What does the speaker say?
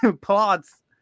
plots